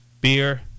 beer